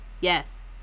Yes